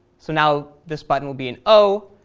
so now this button will be an o,